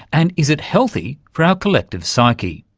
and is it healthy for our collective psyche?